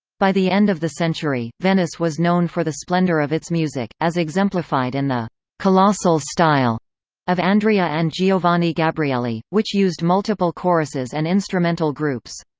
by the end of the century, venice was known for the splendor of its music, as exemplified in the colossal style of andrea and giovanni gabrieli, which used multiple choruses and instrumental groups.